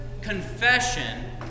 confession